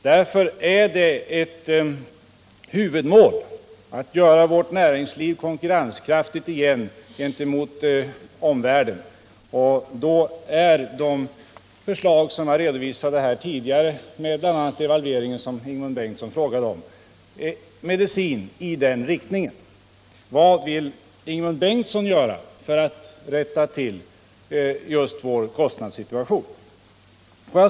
Därför är det ett huvudmål att göra vårt näringsliv konkurrenskraftigt gentemot omvärlden igen, och de beslut som jag redovisade tidigare, bl.a. devalveringen som Ingemund Bengtsson frågade om, är åtgärder i den riktningen. Vad vill Ingemund Bengtsson göra för att rätta till vår kostnadssituation?